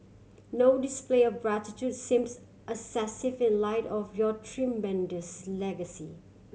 no display of gratitude seems excessive in light of your tremendous legacy